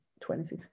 2016